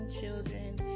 children